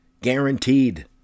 Guaranteed